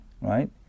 right